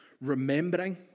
remembering